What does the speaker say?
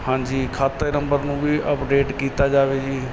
ਹਾਂਜੀ ਖਾਤੇ ਨੰਬਰ ਨੂੰ ਵੀ ਅਪਡੇਟ ਕੀਤਾ ਜਾਵੇ ਜੀ